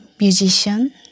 musician